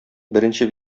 беренче